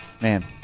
Man